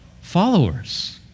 followers